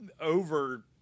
over –